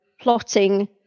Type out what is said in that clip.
plotting